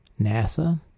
NASA